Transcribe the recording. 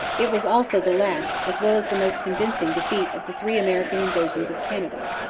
it was also the last, as well as the most convincing, defeat of the three american invasions of canada.